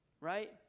Right